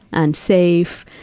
unsafe,